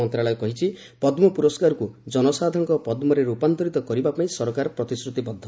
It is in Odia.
ମନ୍ତ୍ରଣାଳୟ କହିଛି ପଦ୍କ ପୁରସ୍କାରକୁ ଜନସାଧାରଣଙ୍କ ପଦ୍କରେ ରୂପାନ୍ତରିତ କରିବା ପାଇଁ ସରକାର ପ୍ରତିଶ୍ରତିବଦ୍ଧ